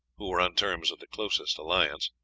who were on terms of the closest alliance,